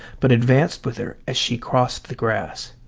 but advanced with her as she crossed the grass.